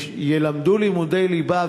ילמדו לימודי ליבה,